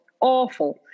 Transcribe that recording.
awful